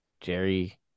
Jerry